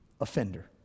offender